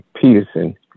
Peterson